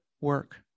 work